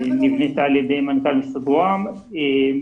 נבנתה על ידי מנכ"ל משרד ראש הממשלה.